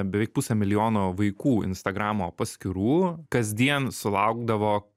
beveik pusė milijono vaikų instagramo paskyrų kasdien sulaukdavo